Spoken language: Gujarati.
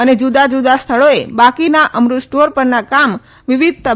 અને જુદા જુદા સ્થળોએ બાકીના અમૃત સ્ટોર પરના કામ વિવિધ તબક્કે ચે